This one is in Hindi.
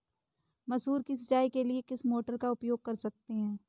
मसूर की सिंचाई के लिए किस मोटर का उपयोग कर सकते हैं?